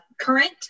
current